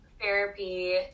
therapy